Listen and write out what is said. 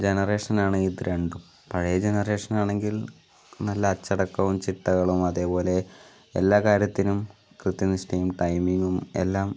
ജനറേഷനാണ് ഇത് രണ്ടും പഴയ ജനറേഷനാണെങ്കിൽ നല്ല അച്ചടക്കവും ചിട്ടകളും അതേപോലെ എല്ലാ കാര്യത്തിനും കൃത്യനിഷ്ഠയും ടൈമിങ്ങും എല്ലാം